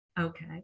Okay